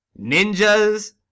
ninjas